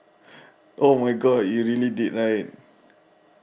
oh my god you really did right